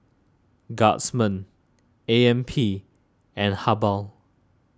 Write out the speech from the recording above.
Guardsman A M P and Habhal